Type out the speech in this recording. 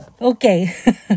Okay